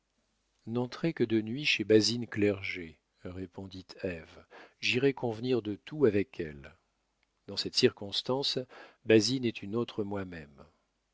n'entrez que de nuit chez basine clerget répondit ève j'irai convenir de tout avec elle dans cette circonstance basine est une autre moi-même